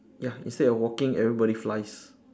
ya instead of walking everybody flies